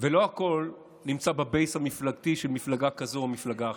ולא הכול נמצא בבייס המפלגתי של מפלגה כזאת או מפלגה אחרת.